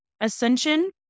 Ascension